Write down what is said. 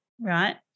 right